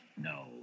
No